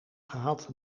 gehad